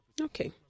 Okay